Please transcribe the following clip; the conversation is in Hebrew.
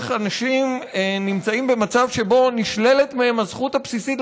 איך אנשים נמצאים במצב שבו נשללת מהם הזכות הבסיסית